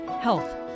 health